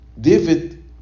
David